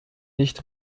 nicht